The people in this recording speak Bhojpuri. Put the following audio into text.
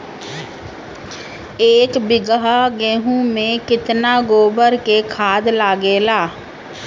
एक बीगहा गेहूं में केतना गोबर के खाद लागेला?